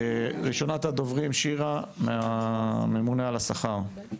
ראשונת הדוברים, שירה מהממונה על השכר, בבקשה.